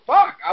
Fuck